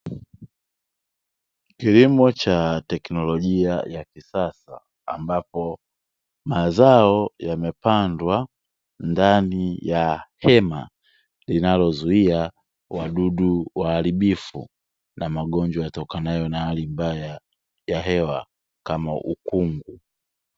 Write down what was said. Kilimo cha teknolojia ya kisasa, ambapo mazao yamepandwa ndani ya hema linalozuia wadudu waharibifu na magonjwa yatokanayo na hali mbaya ya hewa kama ukungu.